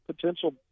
potential